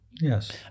Yes